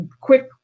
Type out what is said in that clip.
quick